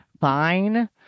fine